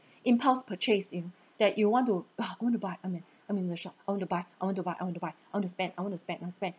impulse purchase in that want you ah I want to buy I'm in I'm in a shop I want to buy I want to buy I want to buy I want to spend I want to spend I want to spend